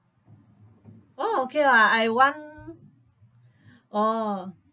oh okay lah I want oh